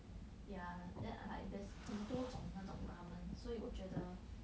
ya then I like there's 很多种那种 ramen 所以我觉得